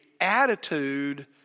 attitude